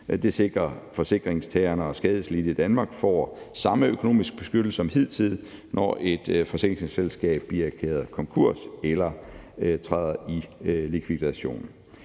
Det sikrer, at forsikringstagere og skadeslidte får samme økonomiske beskyttelse som hidtil, når et forsikringsselskab bliver erklæret konkurs eller træder i likvidation.